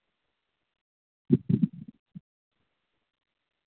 हँ लिखल रहै पैसा मनी